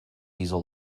diesel